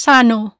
Sano